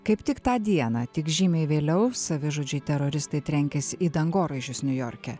kaip tik tą dieną tik žymiai vėliau savižudžiai teroristai trenkėsi į dangoraižius niujorke